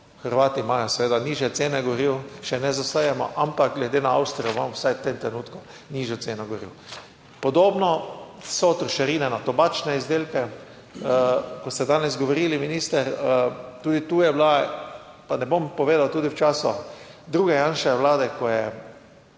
Hrvati imajo seveda nižje cene goriv, še ne zaostajamo, ampak glede na Avstrijo imamo vsaj v tem trenutku nižjo ceno goriv. Podobno so trošarine na tobačne izdelke. Ko ste danes govorili, minister, tudi tu je bila, pa ne bom povedal, tudi v času druge Janševe vlade, ko je